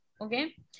Okay